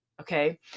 Okay